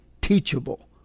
teachable